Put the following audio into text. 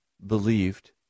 believed